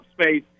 space